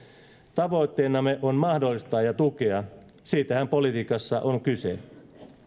tavoitteenamme on mahdollistaa ja tukea siitähän politiikassa on kyse